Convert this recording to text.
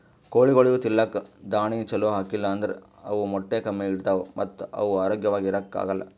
ಕೋಳಿಗೊಳಿಗ್ ತಿಲ್ಲಕ್ ದಾಣಿ ಛಲೋ ಹಾಕಿಲ್ ಅಂದ್ರ ಅವ್ ಮೊಟ್ಟೆ ಕಮ್ಮಿ ಇಡ್ತಾವ ಮತ್ತ್ ಅವ್ ಆರೋಗ್ಯವಾಗ್ ಇರಾಕ್ ಆಗಲ್